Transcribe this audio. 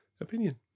opinion